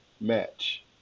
match